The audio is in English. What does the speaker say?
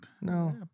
No